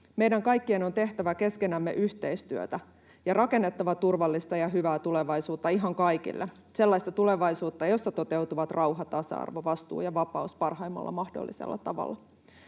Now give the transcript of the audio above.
Meidän kaikkien on tehtävä keskenämme yhteistyötä ja rakennettava turvallista ja hyvää tulevaisuutta ihan kaikille — sellaista tulevaisuutta, jossa toteutuvat rauha, tasa-arvo, vastuu ja vapaus parhaimmalla mahdollisella tavalla.